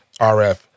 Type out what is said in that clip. RF